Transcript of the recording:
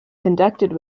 conducted